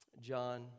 John